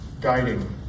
guiding